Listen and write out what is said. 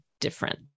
different